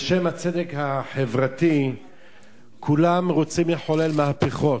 בשם הצדק החברתי כולם רוצים לחולל מהפכות,